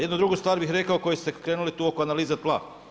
Jednu drugu stvar bih rekao koju ste krenuli tu oko analize tla.